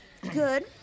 Good